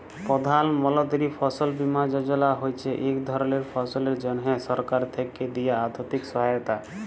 প্রধাল মলতিরি ফসল বীমা যজলা হছে ইক ধরলের ফসলের জ্যনহে সরকার থ্যাকে দিয়া আথ্থিক সহায়তা